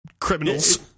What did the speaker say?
criminals